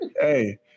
hey